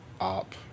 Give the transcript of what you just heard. op